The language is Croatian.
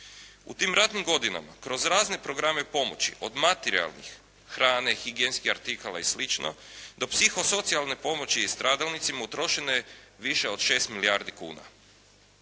U tim ratnim godinama kroz razne programe pomoći od materijalnih, hrane, higijenskih artikala i sl. do psihosocijalne pomoći stradalnicima utrošeno je više od 6 milijardi kuna.